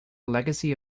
legacy